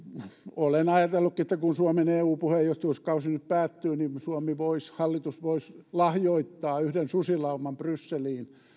olen ajatellutkin että kun suomen eu puheenjohtajuuskausi nyt päättyy niin hallitus voisi lahjoittaa yhden susilauman brysseliin